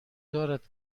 دارد